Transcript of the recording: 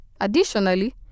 Additionally